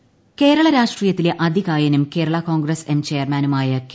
മാണി ഇൻഡ്രോ കേരള രാഷ്ട്രീയത്തിലെ അതികായനും കേരള കോൺഗ്രസ് എം ചെയർമാനുമായ കെ